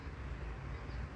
mm